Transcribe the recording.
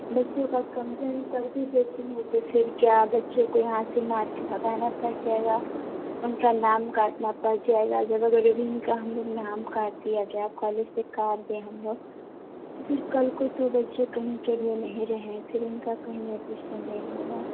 बच्चों का कम्प्लेन कर भी देती हूँ तो फिर क्या बच्चों को यहाँ से मार के भगाना पड़ जाएगा उनका नाम काटना पड़ जाएगा इनका नाम काट दिया गया कॉलेज भी काट दें हम लोग तो फिर कल को तो बच्चें कहीं के भी नहीं रहें फिर उनका कहीं एडमिशन नहीं होगा